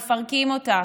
מפרקים אותה,